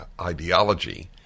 ideology